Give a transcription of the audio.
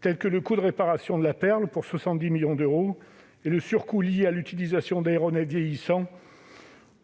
tels que le coût de réparation de la Perle pour 70 millions d'euros, le surcoût lié à l'utilisation d'aéronefs vieillissants